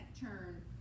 turn